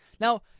Now